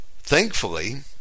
Thankfully